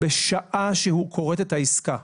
בשעה שהוא כורת את העסקה,